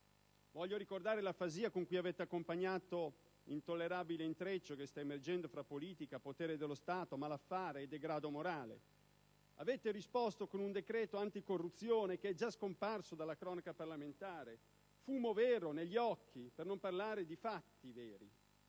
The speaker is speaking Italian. Voglio ricordare l'afasia con cui avete accompagnato l'intollerabile intreccio che sta emergendo tra politica, potere dello Stato, malaffare e degrado morale: avete risposto con un decreto anticorruzione che è già scomparso dalla cronaca parlamentare, vero fumo negli occhi, per non parlare di fatti veri.